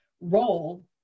role